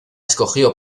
escogió